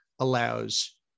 allows